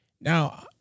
now